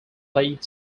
played